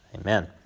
Amen